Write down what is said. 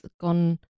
gone